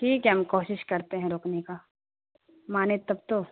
ٹھیک ہے ہم کوشش کرتے ہیں روکنے کا مانے تب تو